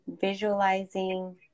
Visualizing